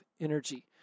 energy